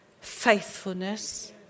faithfulness